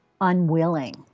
unwilling